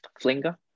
Flinga